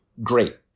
great